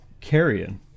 carrion